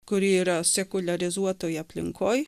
kuri yra sekuliarizuotoj aplinkoj